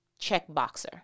checkboxer